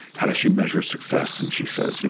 how does she measure success? and she says, you know